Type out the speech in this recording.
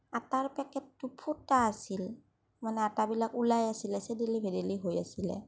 আটাৰ পেকেটটো ফুটা আছিল মানে আটাবিলাক ওলাই আছিল ছেদেলি ভেদেলি হৈ আছিলে